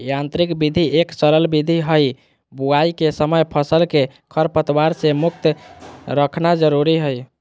यांत्रिक विधि एक सरल विधि हई, बुवाई के समय फसल के खरपतवार से मुक्त रखना जरुरी हई